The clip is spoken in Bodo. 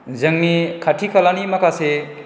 जोंनि खाथि खालानि माखासे